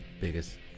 biggest